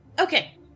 Okay